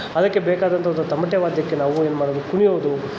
ಅದಕ್ಕೆ ಬೇಕಾದಂಥ ಒಂದು ತಮಟೆ ವಾದ್ಯಕ್ಕೆ ನಾವು ಏನು ಮಾಡೋದು ಕುಣಿಯೋದು